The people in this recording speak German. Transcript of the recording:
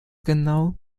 genau